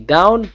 Down